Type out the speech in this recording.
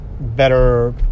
better